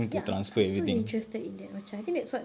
ya I'm I'm so interested in that macam I think that's what